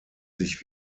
sich